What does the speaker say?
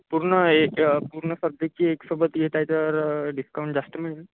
पूर्ण ए पूर्ण सब्जेक्टची एकसोबत येत आहे तर डिस्काउंट जास्त मिळंन